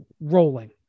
rolling